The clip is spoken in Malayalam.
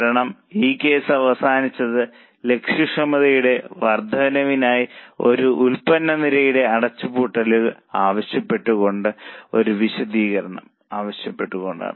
കാരണം ഈ കേസ് അവസാനിച്ചത് ലാഭക്ഷമതയുടെ വർധനവിനായി ഒരു ഉൽപ്പന്ന നിരയുടെ അടച്ചുപൂട്ടൽ ആവശ്യപ്പെട്ടുകൊണ്ട് ഒരു വിശദീകരണം ആവശ്യപ്പെട്ടുകൊണ്ടാണ്